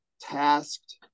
tasked